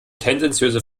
tendenziöse